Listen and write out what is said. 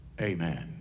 Amen